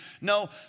no